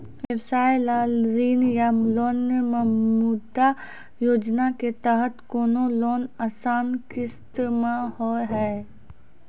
व्यवसाय ला ऋण या लोन मे मुद्रा योजना के तहत कोनो लोन आसान किस्त मे हाव हाय?